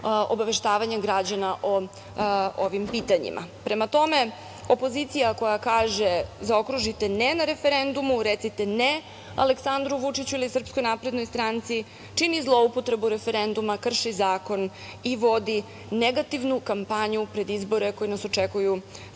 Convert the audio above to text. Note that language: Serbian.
obaveštavanje građana o ovim pitanjima. Prema tome, opozicija koja kaže zaokružite „ne“ na referendumu, recite „ne“ Aleksandru Vučiću ili SNS, čini zloupotrebu referenduma, krši zakon i vodi negativnu kampanju pred izbore koji nas očekuju